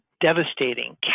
devastating